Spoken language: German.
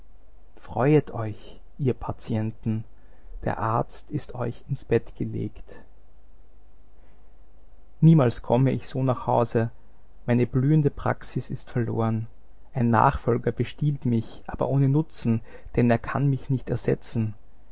freuet euch ihr patienten der arzt ist euch ins bett gelegt niemals komme ich so nach hause meine blühende praxis ist verloren ein nachfolger bestiehlt mich aber ohne nutzen denn er kann mich nicht ersetzen